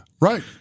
Right